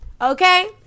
okay